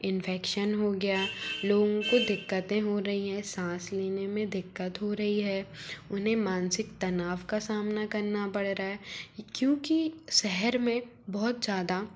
infection हो गया लोगों को दिक्कतें हो रही हैं सांस लेने में दिक्कत हो रही है उन्हे मानसिक तनाव का सामना करना पड़ रहा है क्योंकि शहर में बहुत ज़्यादा